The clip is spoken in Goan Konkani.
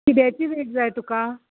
किद्याची रेट जाय तुका